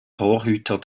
torhüter